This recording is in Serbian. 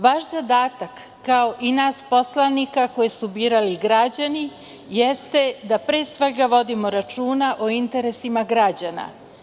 Vaš zadatak, kao i nas poslanika koje su birali građani, jeste da pre svega vodimo računa o interesima građana.